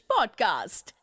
Podcast